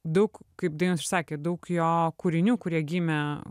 daug kaip dainius ir sakė daug jo kūrinių kurie gimė